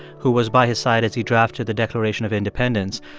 who was by his side as he drafted the declaration of independence.